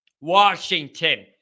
Washington